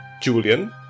Julian